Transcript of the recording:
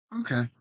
Okay